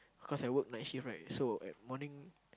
cause I work night shift right so at morning